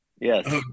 Yes